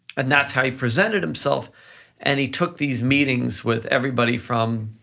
and that's how he presented himself and he took these meetings with everybody from